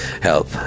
help